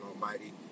almighty